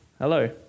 Hello